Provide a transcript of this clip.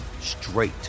straight